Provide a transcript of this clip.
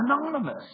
anonymous